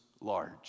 large